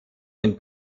den